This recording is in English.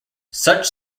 such